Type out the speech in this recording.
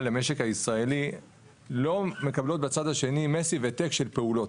למשק הישראלי לא מקבלות בצד השני massive attack של פעולות.